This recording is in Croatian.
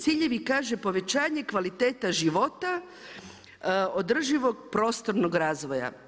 Ciljevi kaže povećanje kvalitete života održivog prostornog razvoja.